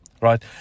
Right